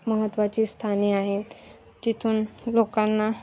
महत्त्वाची स्थाने आहेत जिथून लोकांना